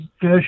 fish